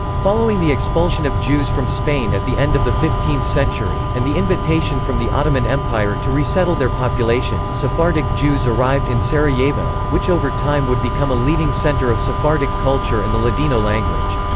following the expulsion of jews from spain at the end of the fifteenth century, and the invitation from the ottoman empire to resettle their population, sephardic jews arrived in sarajevo, which over time would become a leading center of sephardic culture and the ladino language.